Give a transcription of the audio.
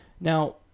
Now